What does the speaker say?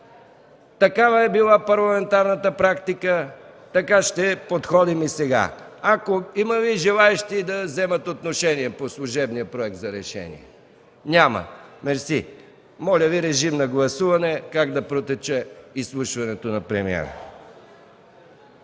Такава е била парламентарната практика, така ще подходим и сега. Има ли желаещи да вземат отношение по служебния проект на решение? Няма. Мерси. Моля, режим на гласуване как да протече изслушването на премиера.